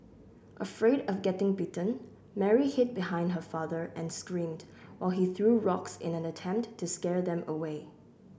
afraid of getting bitten Mary hid behind her father and screamed while he threw rocks in an attempt to scare them away